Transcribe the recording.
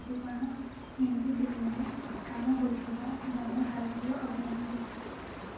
ଦୀପିକା ପାଦୁକୋନ ହିନ୍ଦୀ ଫିଲ୍ମରେ କାମ କରୁଥିବା ଜଣେ ଭାରତୀୟ ଅଭିନେତ୍ରୀ